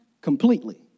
completely